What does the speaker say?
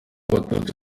abatutsi